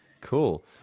Cool